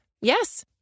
Yes